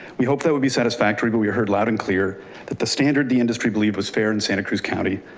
we hope that would be satisfactory, but we heard loud and clear that the standard, the industry believe was fair in santa cruz county.